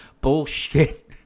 bullshit